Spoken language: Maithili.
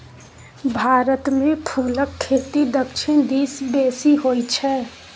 भारतमे फुलक खेती दक्षिण दिस बेसी होय छै